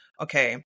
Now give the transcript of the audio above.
okay